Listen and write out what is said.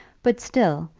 but still,